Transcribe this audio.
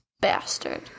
bastard